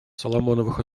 соломоновых